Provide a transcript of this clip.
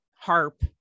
harp